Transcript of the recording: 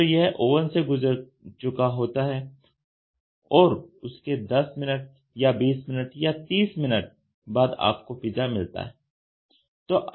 तो यह ओवन से गुजर चुका होता है और उसके 10 मिनट या 20 मिनट या 3 मिनट बाद आपको पिज़्ज़ा मिलता है